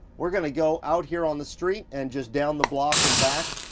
we're gonna go out here on the street, and just down the block and back.